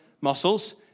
muscles